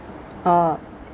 oh